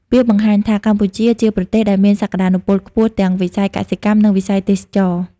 វាបង្ហាញថា កម្ពុជាជាប្រទេសដែលមានសក្តានុពលខ្ពស់ទាំងវិស័យកសិកម្ម និងវិស័យទេសចរណ៍។